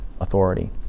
authority